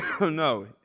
No